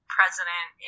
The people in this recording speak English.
president